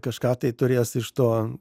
kažką tai turės iš to